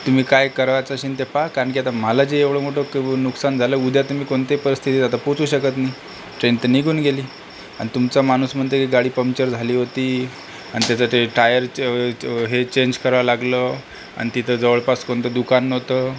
तुम्ही काय करायचं असेन ते पहा कारण की आता मला जे एवढं मोठं केवढं नुकसान झालं उद्या त मी कोणत्याही परिस्थितीत आता पोहोचू शकत नाही ट्रेन तर निघून गेली आणि तुमचा माणूस म्हणते की गाडी पम्चर झाली होती आणि त्याचं ते टायरचं हे चेंज करावं लागलं आणि तिथं जवळपास कोणतं दुकान नव्हतं